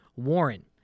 Warren